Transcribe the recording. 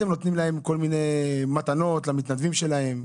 אתם נותנים כל מיני מתנות למתנדבים שלהם.